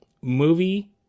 movie